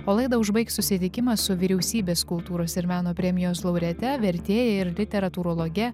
o laidą užbaigs susitikimas su vyriausybės kultūros ir meno premijos laureate vertėja ir literatūrologe